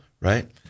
right